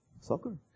Soccer